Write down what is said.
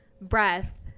breath